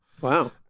Wow